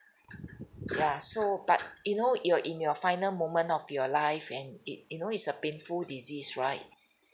ya so but you know you're in your final moment of your life and it you know it's a painful disease right